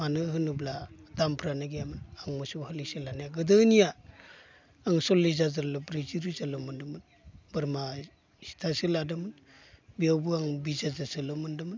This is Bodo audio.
मानो होनोब्ला दामफ्रानो गैयामोन आं मोसौ हालिसे लानाया गोदोनिया आं सल्लिस हाजारल' ब्रैजि रोजाल' मोन्दोंमोन बोरमा बिसथासो लादोंमोन बेयावबो आं बिस हाजारसोल' मोन्दोंमोन